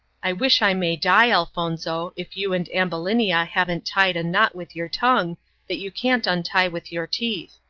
i wish i may die, elfonzo, if you and ambulinia haven't tied a knot with your tongue that you can't untie with your teeth.